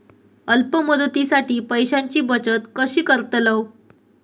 अल्प मुदतीसाठी पैशांची बचत कशी करतलव?